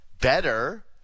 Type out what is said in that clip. better